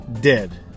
dead